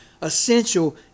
essential